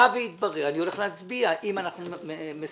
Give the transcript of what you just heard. אני הולך להצביע אם אנחנו מסיימים.